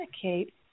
communicate